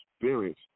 experience